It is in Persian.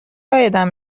عایدم